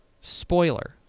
Spoiler